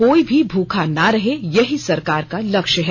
कोई भी भूखा ना रहे यही सरकार का लक्ष्य है